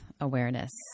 awareness